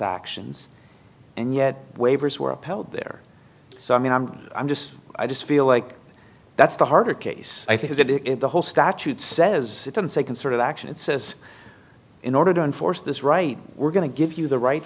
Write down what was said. actions and yet waivers were upheld there so i mean i'm i'm just i just feel like that's the harder case i think is that if the whole statute says don't say can sort of action it says in order to enforce this right we're going to give you the right